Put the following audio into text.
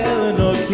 Eleanor